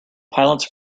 pilots